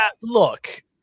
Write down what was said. look